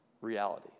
reality